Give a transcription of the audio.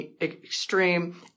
extreme